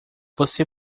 você